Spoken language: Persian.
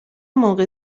موقع